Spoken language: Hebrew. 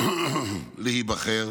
להיבחר